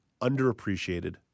underappreciated